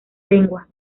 lengua